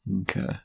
Okay